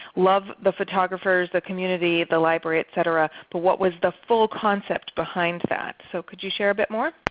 love the photographers, the community, the library etc, but what was the full concept behind that? so could you share a bit more?